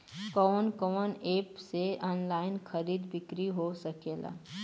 कवन कवन एप से ऑनलाइन खरीद बिक्री हो सकेला?